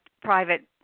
private